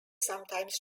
sometimes